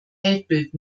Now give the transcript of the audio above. weltbild